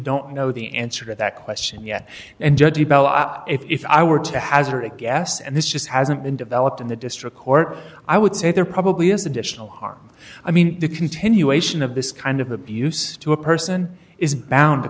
don't know the answer to that question yet and judge if i were to hazard a guess and this just hasn't been developed in the district court i would say there probably is additional harm i mean the continuation of this kind of abuse to a person is bound to